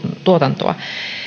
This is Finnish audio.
tuotantoa